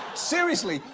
seriously,